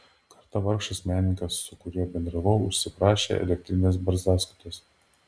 kartą vargšas menininkas su kuriuo bendravau užsiprašė elektrinės barzdaskutės